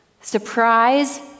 Surprise